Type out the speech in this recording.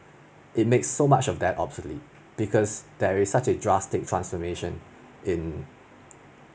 it makes so much of that obsolete because there is such a drastic transformation in